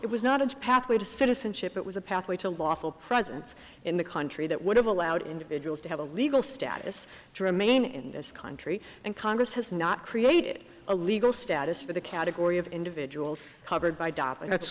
it was not a pathway to citizenship it was a pathway to lawful presence in the country that would have allowed individuals to have a legal status to remain in this country and congress has not created a legal status for the category of individuals covered by